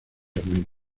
armenia